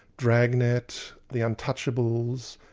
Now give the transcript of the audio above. dragnet, the untouchables,